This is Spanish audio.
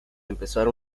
empezar